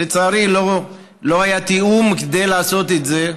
לצערי, לא היה תיאום כדי לעשות את זה,